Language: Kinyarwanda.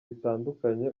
bitandukanye